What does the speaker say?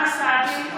קריאה שלישית.